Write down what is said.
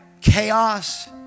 chaos